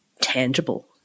tangible